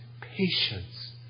patience